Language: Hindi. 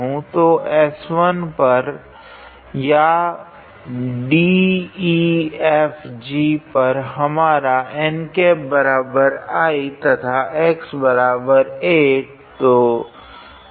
तो S1 पर या DEFG पर हमारा 𝑛̂𝑖̂ तथा xa ठीक